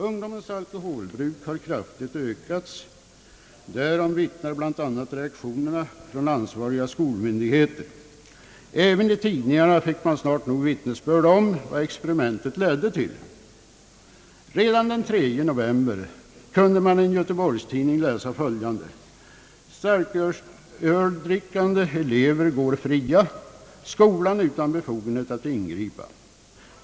Ungdomens alkoholbruk har kraftigt ökats, därom vittnar bl.a. reaktionerna från de ansvariga skolmyndigheterna. Även i tidningarna fick man snart nog vittnesbörd om vad experimentet ledde till. Redan den 3 november kunde man i en göteborgstidning läsa följande: »Starkölsdrickande elever går fria. Skolan utan befogenhet att ingripa.